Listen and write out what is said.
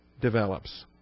develops